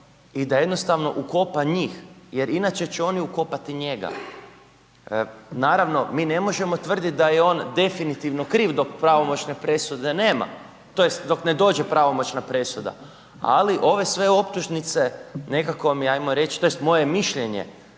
i da jednostavno ukopa njih jer inače će oni ukopati njega. Naravno mi ne može tvrdit da je on definitivno kriv dok pravomoćne presude nema tj. dok ne dođe pravomoćna presuda ali ove sve optužnice, nekako mi ajmo reć, tj. moje mišljenje